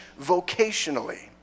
vocationally